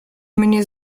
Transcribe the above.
mnie